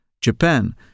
Japan